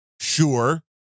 sure